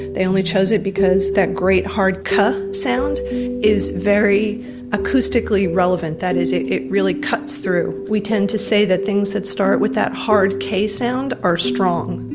they only chose it because that great hard kuh sound is very acoustically relevant. that is, it it really cuts through. we tend to say the things that start with that hard k sound are strong.